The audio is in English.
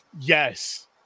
Yes